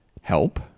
help